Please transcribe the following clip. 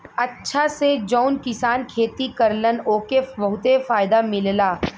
अचछा से जौन किसान खेती करलन ओके बहुते फायदा मिलला